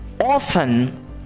often